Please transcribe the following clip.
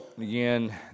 again